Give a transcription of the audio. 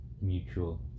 mutual